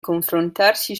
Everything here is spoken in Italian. confrontarsi